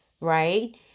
right